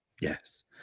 Yes